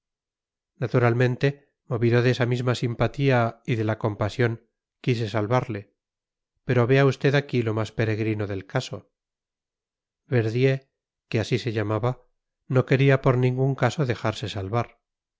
naturalmente movido de esa misma simpatía y de la compasión quise salvarle pero vea usted aquí lo más peregrino del caso verdier que así se llamaba no quería por ningún caso dejarse salvar